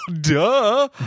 Duh